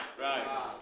Right